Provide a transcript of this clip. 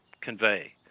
convey